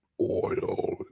oil